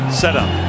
setup